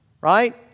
right